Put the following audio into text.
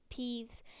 Peeves